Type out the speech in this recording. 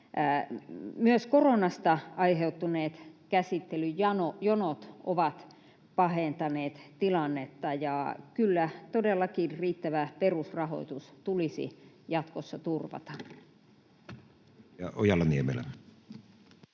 Myös koronasta aiheutuneet käsittelyjonot ovat pahentaneet tilannetta. Kyllä todellakin riittävä perusrahoitus tulisi jatkossa turvata.